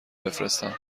بفرستم